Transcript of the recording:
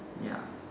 ya